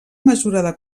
mesurada